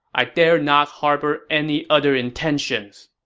i dare not harbor any other intentions!